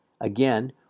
Again